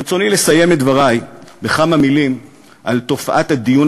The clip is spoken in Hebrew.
ברצוני לסיים את דברי בכמה מילים על תופעת הדיון